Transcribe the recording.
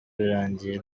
birangiye